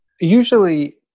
usually